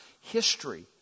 history